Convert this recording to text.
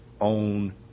own